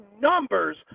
numbers